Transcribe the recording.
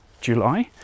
July